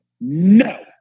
no